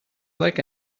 like